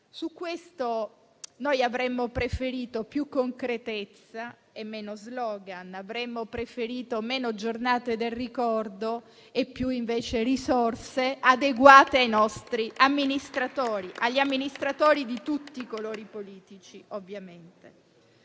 Su questo avremmo preferito più concretezza e meno slogan; avremmo preferito meno giornate del ricordo e invece più risorse adeguate per gli amministratori di tutti i colori politici, ovviamente.